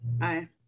Aye